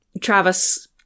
Travis